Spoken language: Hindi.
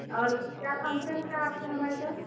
और क्या फंक्शन है आपके यहाँ भाई साहब